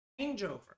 changeover